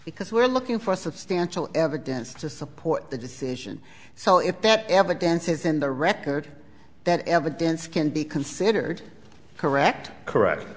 because we're looking for substantial evidence to support the decision so if that evidence is in the record that evidence can be considered correct correct